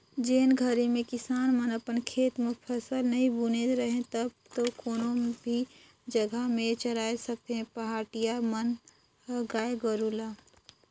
जेन घरी में किसान मन अपन खेत म फसल नइ बुने रहें तब तो कोनो भी जघा में चराय सकथें पहाटिया मन ह गाय गोरु ल